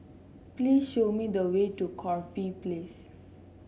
please show me the way to Corfe Place